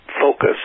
focus